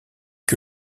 que